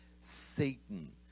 Satan